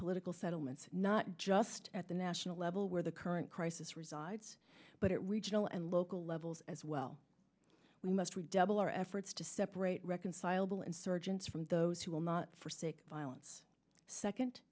political settlements not just at the national level where the current crisis resides but it regional and local levels as well we must redouble our efforts to separate reconcilable insurgents from those who will not for sick violence second